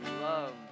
love